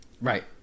Right